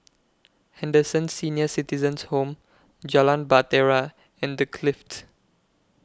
Henderson Senior Citizens' Home Jalan Bahtera and The Clift